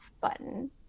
button